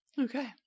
Okay